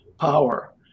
power